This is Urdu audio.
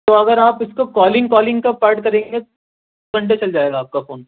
تو اگر آپ اس کو کالنگ کالنگ کا پارٹ کریں گے دو گھنٹے چل جائے گا آپ کا فون